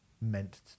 meant